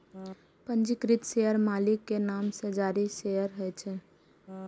पंजीकृत शेयर मालिक के नाम सं जारी शेयर होइ छै